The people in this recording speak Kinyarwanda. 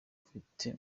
ufite